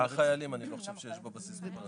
גם לחיילים אני לא חושב שיש בבסיס מכונת כביסה.